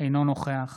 אינו נוכח